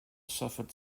suffered